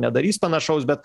nedarys panašaus bet